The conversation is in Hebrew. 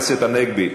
הנגבי,